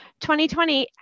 2020